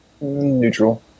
Neutral